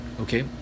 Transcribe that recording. okay